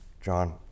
John